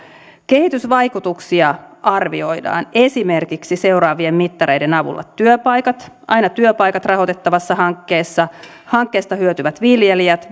kehitysvaikutuksia arvioidaan esimerkiksi seuraavien mittareiden avulla aina työpaikat rahoitettavassa hankkeessa hankkeesta hyötyvät viljelijät